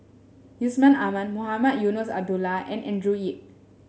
Yusman Aman Mohamed Eunos Abdullah and Andrew Yip